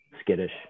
skittish